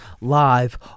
live